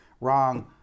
wrong